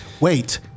Wait